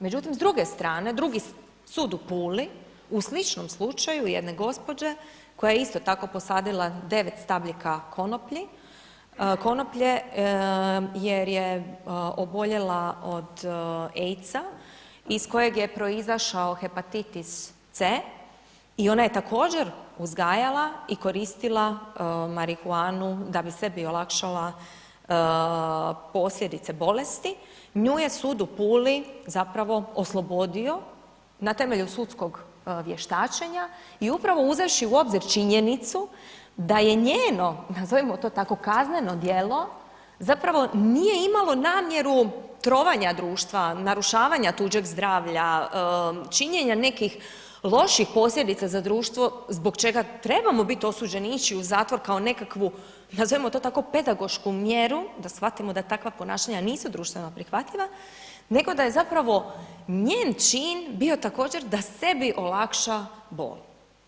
Međutim, s druge strane, drugi sud u Puli u sličnom slučaju jedne gospođe koja je isto tako posadila 9 stabljika konoplji, konoplje jer je oboljela od AIDS-a iz kojeg je proizašao hepatitis C i ona je također uzgajala i koristila marihuanu da bi sebi olakšala posljedice bolesti, nju je sud u Puli zapravo oslobodio na temelju sudskog vještačenja i upravo uzevši u obzir činjenicu da je njeno, nazovimo to tako, kazneno djelo zapravo nije imalo namjeru trovanja društva, narušavanja tuđeg zdravlja, činjenja nekih loših posljedica za društvo, zbog čega trebamo bit osuđeni i ići u zatvor kao nekakvu, nazovimo to tako, pedagošku mjeru, da shvatimo da takva ponašanja nisu društveno prihvatljiva, nego da je zapravo njen čin bio također da sebi olakša bol.